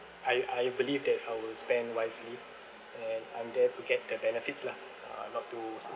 I I believe that I will spend wisely and I'm there to get the benefits lah uh not to